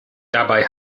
dabei